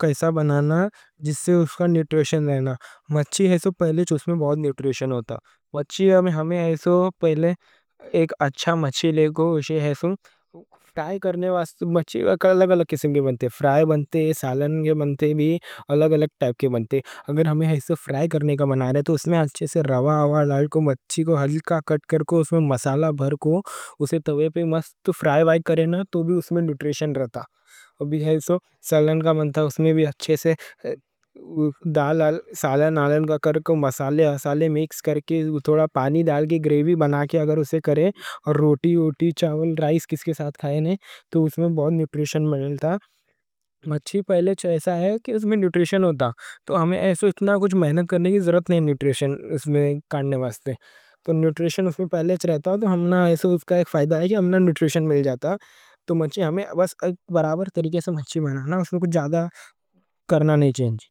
کیسے بنانا جس سے اُس کا نیوٹریشن رہے؟ مچھی ایسا پہلے جو اُس میں بہت نیوٹریشن ہوتا۔ مچھی ایسا پہلے ایک اچھا مچھی لیکو، اُسے ٹائپ کرنے واسطے مچھی کے الگ الگ قسم کے بنتے، فرائے بنتے، سالن کے بنتے، بھی الگ الگ ٹائپ کے بنتے۔ اگر ہمنا ایسا فرائے کرنے کا بنا رہا ہے تو اُس میں اچھے سے روا، آوا، لال کو، مچھی کو ہلکا کٹ کرکو، اُس میں مسالا بھر کو، اُسے توے پہ مست فرائے بھائی کرے تو بھی اُس میں نیوٹریشن رہتا۔ ابھی ایسا سالن کا بنتا، اُس میں بھی اچھے سے سالن آلن کا کرکو، مسالے ہسالے مکس کرکے، تھوڑا پانی ڈال کے گریوی بنا کے اگر اُسے کرے اور روٹی اوٹی، چاول، رائس کے ساتھ کھائے، نہیں تو اُس میں بہت نیوٹریشن ملتا۔ مچھی پہلے جو ایسا ہے کہ اُس میں نیوٹریشن ہوتا، تو ہمیں ایسا اتنا کچھ محنت کرنے کی ضرورت نہیں، نیوٹریشن اُس میں کھانے واسطے۔ تو نیوٹریشن اُس میں پہلے جو رہتا، تو ہمنا ایسا اُس کا ایک فائدہ ہے کہ ہمنا نیوٹریشن مل جاتا۔ تو ہمیں بس ایک برابر طریقے سے مچھی بنانا، اُس میں کچھ زیادہ کرنا نہیں چینج۔